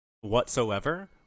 whatsoever